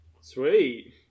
Sweet